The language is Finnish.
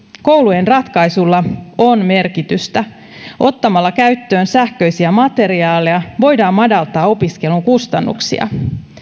koulujen ratkaisuilla on merkitystä ottamalla käyttöön sähköisiä materiaaleja voidaan madaltaa opiskelun kustannuksia